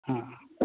ಹಾಂ